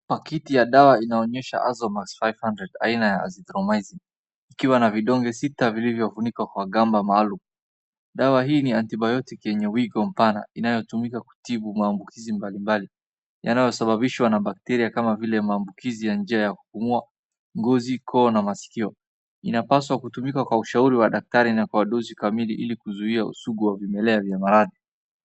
Pakiti ya dawa inaonyesha Azomax 500, aina ya azithromycin. Ikiwa na vidonge sita vilivyofunikwa kwa gamba maalum. Dawa hii ni [antibiotic] yenye uigo mpana inayotumika kutibu maambukizi mbalimbali, yanayosababishwa na bakteria kama vile maambukizi ya njia ya kupumua, ngozi, koo, na masikio. Inapaswa kutumika kwa ushauri wa daktari na kwa dozi kamili ili kuzuia usugu wa vimelea vya maradhi.